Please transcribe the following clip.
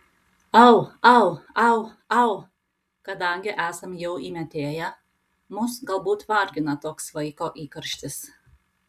au au au au kadangi esam jau įmetėję mus galbūt vargina toks vaiko įkarštis